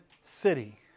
city